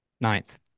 ninth